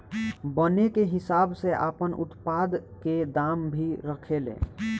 बने के हिसाब से आपन उत्पाद के दाम भी रखे ले